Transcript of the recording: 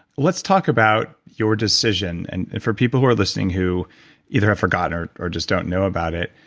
let's talk about your decision, and for people who are listening who either have forgotten, or or just don't know about it,